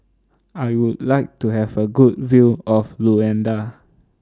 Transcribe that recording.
I Would like to Have A Good View of Luanda